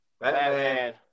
Batman